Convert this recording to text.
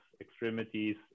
extremities